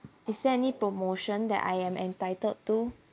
is there any promotion that I am entitled to